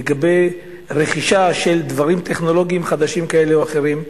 לגבי רכישה של דברים טכנולוגיים חדשים כאלה או אחרים.